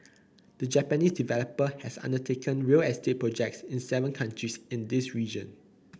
the Japanese developer has undertaken real estate projects in seven countries in this region